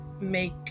make